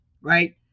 right